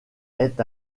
est